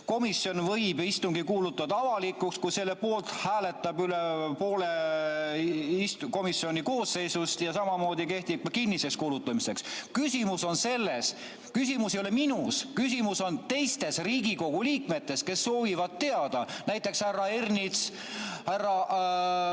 komisjon võib istungi kuulutada avalikuks, kui selle poolt hääletab üle poole komisjoni koosseisust. Sama kehtib kinniseks kuulutamise puhul. Küsimus ei ole minus. Küsimus on teistes Riigikogu liikmetes, kes soovivad teada, näiteks härra Ernits, ma